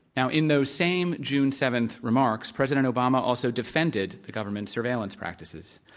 now, in those same june seventh remarks, president obama also defended the government's surveillance practices.